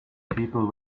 people